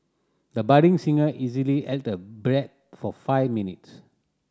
the budding singer easily held the breath for five minutes